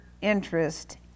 interest